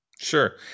Sure